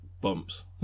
bumps